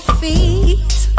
feet